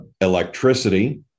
electricity